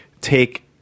take